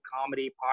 comedy